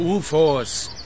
UFOs